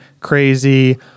crazy